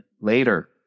later